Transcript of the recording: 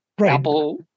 apple